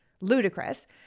ludicrous